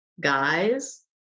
guys